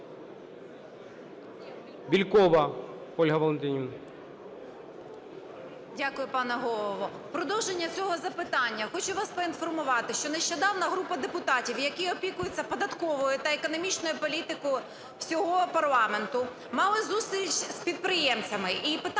Бєлькова Ольга Валентинівна.